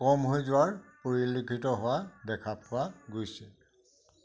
কম হৈ যোৱাৰ পৰিলক্ষিত হোৱা দেখা পোৱা গৈছে